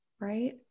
right